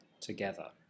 together